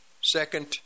second